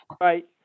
Right